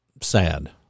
sad